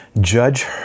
Judge